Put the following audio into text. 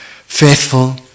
faithful